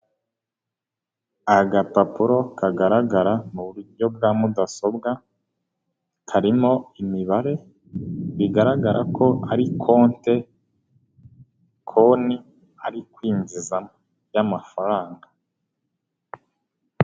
Agapapuro kagaragara mu buryo bwa mudasobwa, karimo imibare bigaragara ko ari konte, konti ari kwinjizamo y'amafaranga.